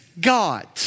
God